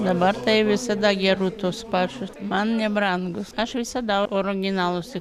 dabar tai visada geru tuos pačius tai man nebrangus aš visada originalus tik perku